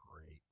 Great